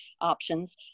options